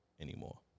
anymore